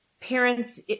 parents